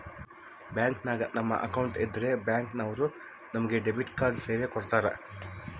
ಬ್ಯಾಂಕಿನಾಗ ನಮ್ಮ ಅಕೌಂಟ್ ಇದ್ರೆ ಬ್ಯಾಂಕ್ ನವರು ನಮಗೆ ಡೆಬಿಟ್ ಕಾರ್ಡ್ ಸೇವೆ ಕೊಡ್ತರ